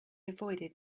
avoided